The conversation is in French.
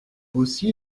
aussi